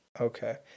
Okay